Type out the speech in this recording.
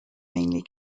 mainly